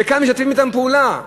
וכאן משתפים אתם פעולה.